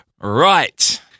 Right